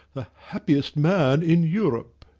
the happiest man in europe.